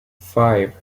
five